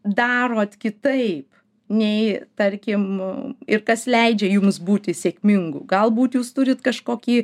darot kitaip nei tarkim ir kas leidžia jums būti sėkmingu galbūt jūs turit kažkokį